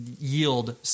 yield